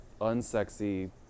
unsexy